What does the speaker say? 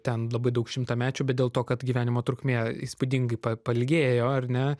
ten labai daug šimtamečių bet dėl to kad gyvenimo trukmė įspūdingai pa pailgėjo ar ne